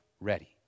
ready